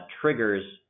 triggers